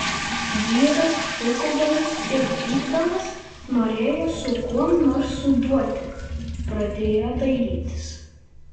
vyras šūkaudamas ir pykdamas norėjo su kuom nors suduoti pradėjo dairytis